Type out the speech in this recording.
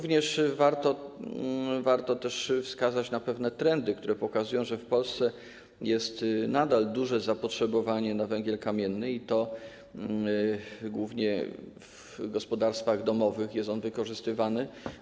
Warto też wskazać na pewne trendy, które pokazują, że w Polsce jest nadal duże zapotrzebowanie na węgiel kamienny, głównie w gospodarstwach domowych jest on wykorzystywany.